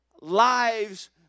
lives